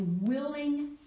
willing